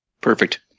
Perfect